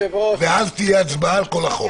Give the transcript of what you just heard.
ואז תהיה הצבעה על כל החוק.